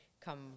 come